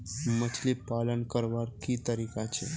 मछली पालन करवार की तरीका छे?